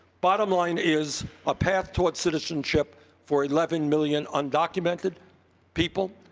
bottom line is a path towards citizenship for eleven million undocumented people,